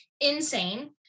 insane